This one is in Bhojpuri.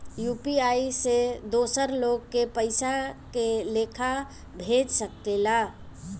यू.पी.आई से दोसर लोग के पइसा के लेखा भेज सकेला?